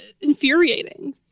infuriating